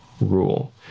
Rule